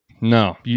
No